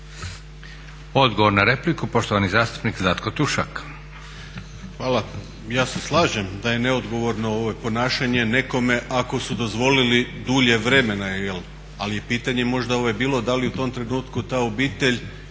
Zlatko (Hrvatski laburisti - Stranka rada)** Hvala. Ja se slažem da je neodgovorno ponašanje nekome ako su dozvolili dulje vremena, ali je pitanje možda bilo da li u tom trenutku ta obitelj